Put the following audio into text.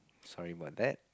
sorry about that